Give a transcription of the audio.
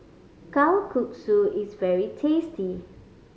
kalguksu is very tasty